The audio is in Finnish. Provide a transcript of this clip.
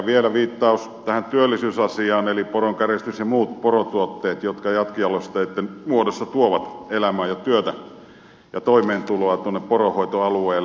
vielä viittaus tähän työllisyysasiaan eli poronkäristykseen ja muihin porotuotteisiin jotka jatkojalosteitten muodossa tuovat elämää ja työtä ja toimeentuloa tuonne poronhoitoalueelle